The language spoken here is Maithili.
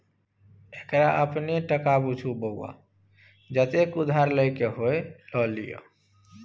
एकरा अपने टका बुझु बौआ जतेक उधार लए क होए ल लिअ